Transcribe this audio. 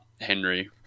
henry